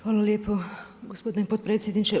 Hvala lijepo gospodine potpredsjedniče.